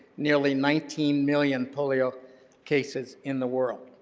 nearly nineteen million polio cases in the world.